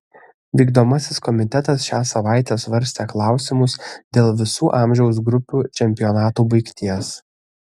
vykdomasis komitetas šią savaitę svarstė klausimus dėl visų amžiaus grupių čempionatų baigties